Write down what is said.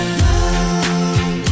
love